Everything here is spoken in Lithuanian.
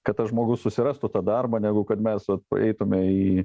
kad tas žmogus susirastų tą darbą negu kad mes vat eitume į